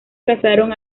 casaron